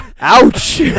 Ouch